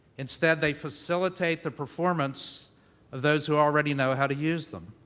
instead they facilitate the performance of those who already know how to use them.